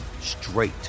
straight